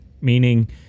meaning